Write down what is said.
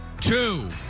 two